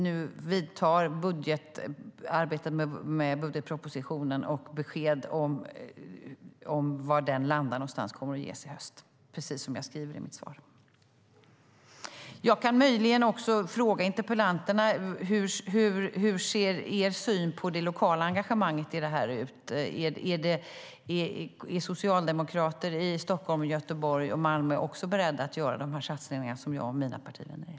Nu vidtar arbetet med budgetpropositionen, och precis som jag sade i mitt svar kommer besked om var den landar att ges i höst. Jag kan möjligen även fråga interpellanterna hur er syn på det lokala engagemanget i det här ser ut. Är socialdemokrater i Stockholm, Göteborg och Malmö också beredda att göra de satsningar jag och mina partivänner är?